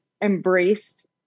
embraced